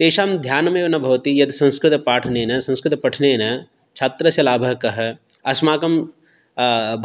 तेषां ध्यानमेव न भवति यत् संस्कृतपाठनेन संस्कृतपठनेन छात्रस्य लाभः कः अस्माकं